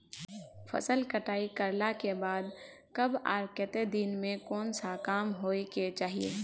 फसल कटाई करला के बाद कब आर केते दिन में कोन सा काम होय के चाहिए?